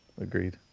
agreed